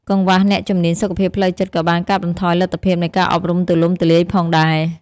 កង្វះអ្នកជំនាញសុខភាពផ្លូវចិត្តក៏បានកាត់បន្ថយលទ្ធភាពនៃការអប់រំទូលំទូលាយផងដែរ។